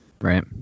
Right